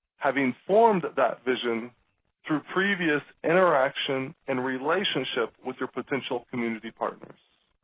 having formed that that vision through previous interaction and relationship with your potential community partners.